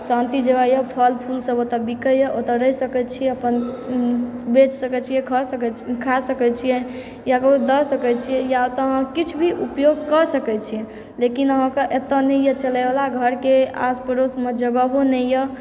शान्ति जगहए फल फूलसभ ओतए बिकैए ओतए रहि सकैत छी अपन बेच सकैत छियै खा सकैत छियै वा ककरो दऽ सकैत छियै वा तऽ अहाँ किछु भी ऊपयोग कऽ सकैत छी लेकिन अहाँके एतय नहिए चलयवला घरके आसपड़ोसमे जगहो नहिए